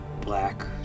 black